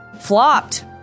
flopped